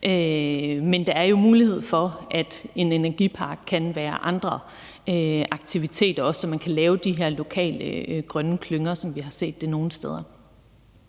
Men der er jo mulighed for, at en energipark kan være andre aktiviteter, så man også kan lave de her lokale grønne klynger, som vi har set det nogle steder.